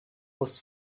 was